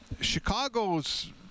Chicago's